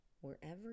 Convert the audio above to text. wherever